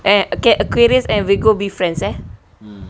eh can aquarius and virgo be friends eh